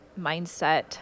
mindset